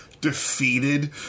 defeated